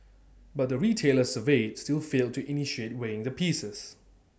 but the retailers surveyed still failed to initiate weighing the pieces